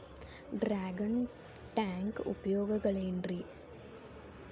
Dragon tank ಉಪಯೋಗಗಳೆನ್ರಿ?